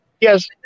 Yes